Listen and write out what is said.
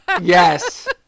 Yes